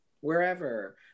wherever